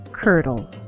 Curdle